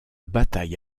bataille